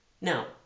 Now